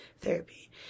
Therapy